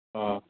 অঁ